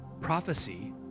Prophecy